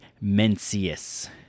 Mencius